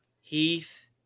Heath